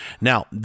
Now